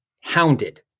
hounded